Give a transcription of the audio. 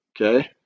Okay